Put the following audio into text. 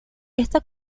está